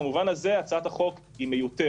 במובן הזה הצעת החוק מיותרת.